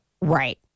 Right